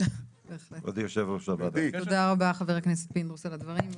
תודה רבה, חבר הכנסת פינדרוס על הדברים.